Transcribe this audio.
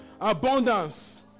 Abundance